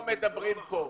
לא מדברים כאן.